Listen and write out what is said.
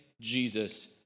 Jesus